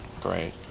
Great